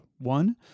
One